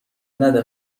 نده